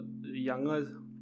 younger